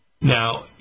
Now